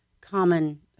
common